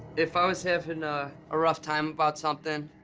if i was havin' a a rough time about somethin',